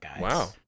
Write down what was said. Wow